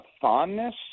fondness